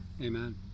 amen